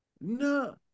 no